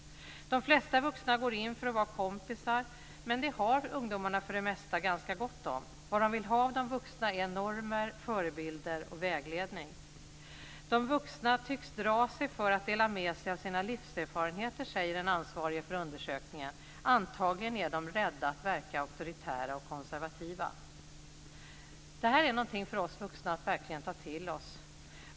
De flesta vuxna går in för att vara kompisar, men det har ungdomarna för det mesta ganska gott om. Vad de vill ha av de vuxna är normer, förebilder och vägledning. De vuxna tycks dra sig för att dela med sig av sina livserfarenheter, säger den ansvarige för undersökningen. Antagligen är de rädda för att verka auktoritära och konservativa. Detta är någonting för oss vuxna att verkligen ta till oss.